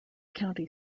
county